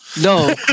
No